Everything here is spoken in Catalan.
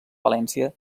valència